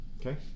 Okay